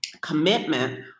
commitment